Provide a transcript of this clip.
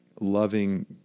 loving